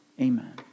Amen